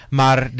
maar